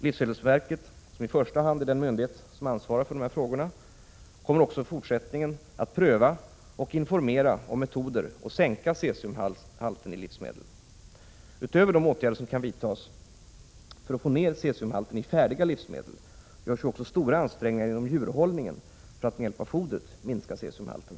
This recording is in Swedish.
Livsmedelsverket, som i första hand är den myndighet som ansvarar för dessa frågor, kommer också fortsättningsvis att pröva och informera om metoder att sänka cesiumhalten i livsmedel. Utöver de åtgärder som kan vidtas för att få ned cesiumhalten i färdiga livsmedel, görs stora ansträngningar inom djurhållningen för att med hjälp av fodret minska cesiumhalten.